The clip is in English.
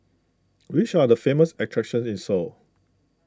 which are the famous attractions in Seoul